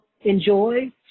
Enjoy